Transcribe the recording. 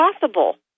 possible